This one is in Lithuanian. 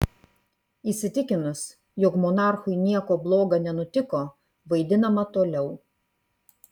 įsitikinus jog monarchui nieko bloga nenutiko vaidinama toliau